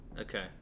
Okay